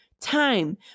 time